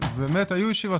ובאמת היו ישיבות.